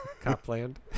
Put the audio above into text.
Copland